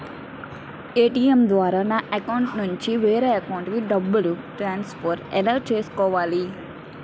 ATM ద్వారా నా అకౌంట్లోనుంచి వేరే అకౌంట్ కి డబ్బులు ట్రాన్సఫర్ ఎలా చేసుకోవాలి?